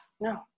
no